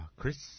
Chris